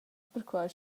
perquai